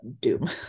doom